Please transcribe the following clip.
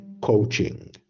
coaching